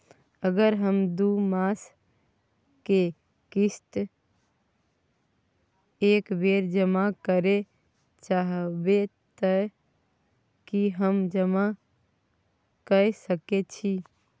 अगर हम दू मास के किस्त एक बेर जमा करे चाहबे तय की हम जमा कय सके छि?